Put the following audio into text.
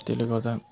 त्यसले गर्दा